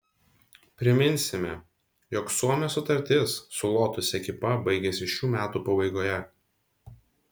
priminsime jog suomio sutartis su lotus ekipa baigiasi šių metų pabaigoje